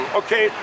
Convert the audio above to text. okay